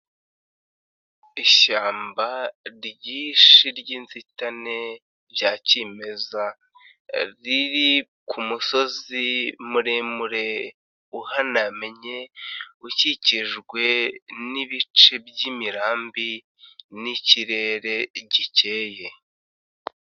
Ishyamba ryinshi ry'inzitane rya kimeza, riri ku kumusozi muremure uhanamye, ukikijwe n'ibice by'imirambi n'ikirere gikeye.